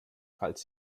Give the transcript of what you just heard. falls